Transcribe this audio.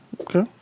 Okay